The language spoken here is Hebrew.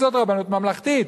כי זו רבנות ממלכתית,